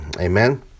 Amen